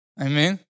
Amen